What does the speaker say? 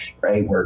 right